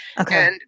Okay